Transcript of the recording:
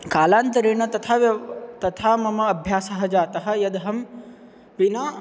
कालान्तरेण तथा व्यवहारः तथा मम अभ्यासः जातः यदहं विना